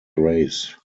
race